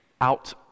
out